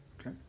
Okay